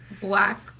black